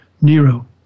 Nero